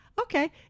okay